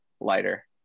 lighter